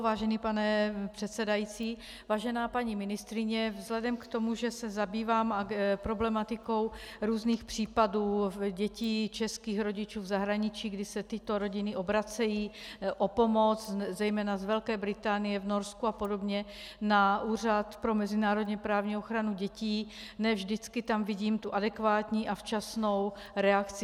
Vážený pane předsedající, vážená paní ministryně, vzhledem k tomu, že se zabývám problematikou různých případů dětí českých rodičů v zahraničí, kdy se tyto rodiny obracejí o pomoc, zejména z Velké Británie, Norska a podobně, na Úřad pro mezinárodněprávní ochranu dětí, ne vždycky tam vidím adekvátní a včasnou reakci.